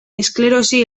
esklerosi